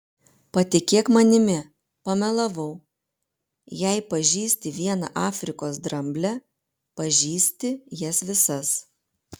patikėk manimi pamelavau jei pažįsti vieną afrikos dramblę pažįsti jas visas